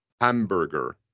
hamburger